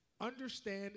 understand